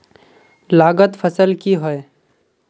लागत फसल की होय?